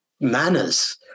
manners